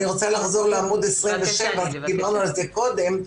אני רוצה לחזור לעמוד 27, דיברנו על זה קודם.